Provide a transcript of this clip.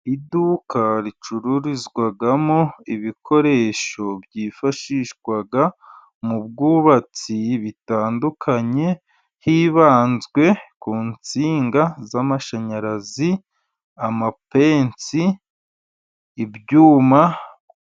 Iduka ricururizwamo ibikoresho byifashishwa mu bwubatsi bitandukanye, hibanzwe ku nsinga z'amashanyarazi, amapensi, ibyuma.